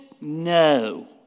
No